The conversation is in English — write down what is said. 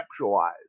conceptualize